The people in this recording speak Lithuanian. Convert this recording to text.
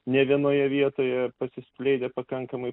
ne vienoje vietoje pasiskleidę pakankamai